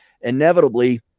inevitably